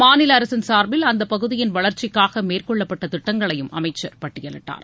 மாநில அரசின் சார்பில் அந்தப்பகுதியின் வளர்ச்சிக்காக மேற்கொள்ளப்பட்ட திட்டங்களையும் அமைச்சர் பட்டியலிட்டார்